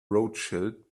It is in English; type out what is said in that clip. rothschild